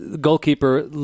goalkeeper